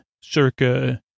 circa